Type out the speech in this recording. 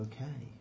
Okay